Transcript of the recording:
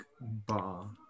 bar